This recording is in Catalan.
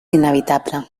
inevitable